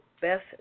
Best